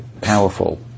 powerful